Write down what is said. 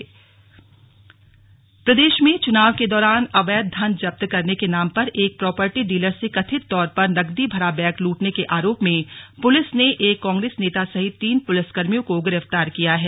लुटपाट गिरफ्तारी प्रदेश में चुनाव के दौरान अवैध धन जब्त करने के नाम पर एक प्रॉपर्टी डीलर से कथित तौर पर नकदी भरा बैग लुटने के आरोप में पुलिस ने एक कांग्रेस नेता सहित तीन पुलिसकर्मियों को गिरफ्तार किया है